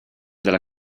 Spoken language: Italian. della